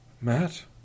Matt